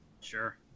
Sure